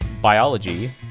biology